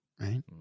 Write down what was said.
Right